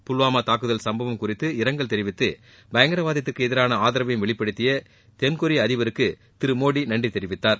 புல்வாமா தாக்குதல் சும்பவம் குறித்து இரங்கல் தெரிவித்து பயங்கரவாதத்திற்கு எதிரான ஆதரவையும் வெளிபடுத்திய தென்கொரிய அதிபருக்கு திரு மோடி நன்றி தெரிவித்தார்